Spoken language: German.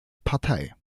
partei